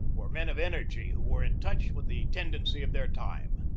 were men of energy who were in touch with the ten dency of their time.